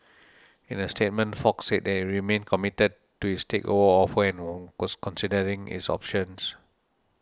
in a statement Fox said that it remained committed to its takeover offer and were was considering its options